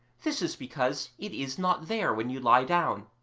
this is because it is not there when you lie down,